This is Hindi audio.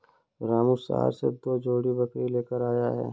रामू शहर से दो जोड़ी बकरी लेकर आया है